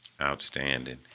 Outstanding